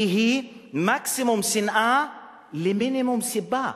כי היא מקסימום שנאה במינימום סיבה.